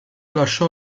lasciò